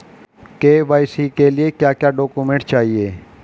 KYC के लिए क्या क्या डॉक्यूमेंट चाहिए?